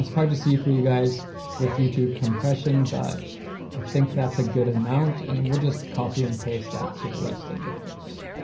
hard to see for you guys with youtube compression, but i think that's a good amount. and we'll just copy and paste that to the rest of the clips.